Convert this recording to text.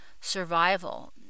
survival